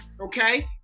Okay